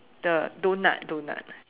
the doughnut doughnut